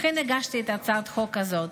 לכן הגשתי את הצעת החוק הזו,